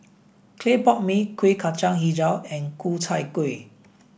Clay Pot Mee Kueh Kacang Hijau and Ku Chai Kueh